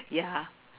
ya